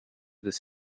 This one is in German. des